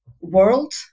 world